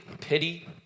Pity